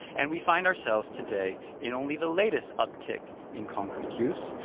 and we find ourselves today in only the latest uptick in concrete use.